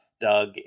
Doug